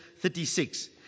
36